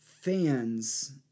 fans